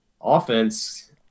offense